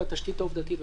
התשתית העובדתית וכו'.